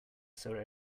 sir